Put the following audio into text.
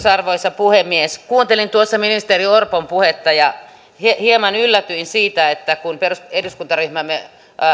arvoisa puhemies kuuntelin tuossa ministeri orpon puhetta ja hieman yllätyin siitä että kun eduskuntaryhmämme